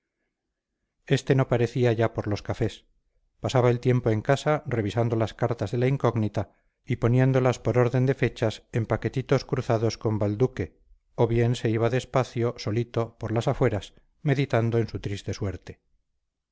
este no parecía ya por los cafés pasaba el tiempo en casa revisando las cartas de la incógnita y poniéndolas por orden de fechas en paquetitos cruzados con balduque o bien se iba despacio solito por las afueras meditando en su triste suerte